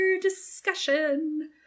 discussion